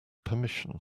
permission